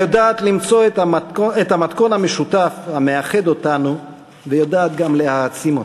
היודעות למצוא את המתכון המשותף המאחד אותנו ויודעות גם להעצים אותנו.